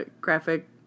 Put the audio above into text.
graphic